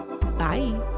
Bye